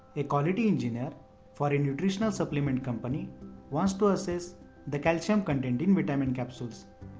a quality engineer for a nutritional supplement company wants to assess the calcium content in vitamin capsules.